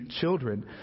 children